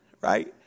right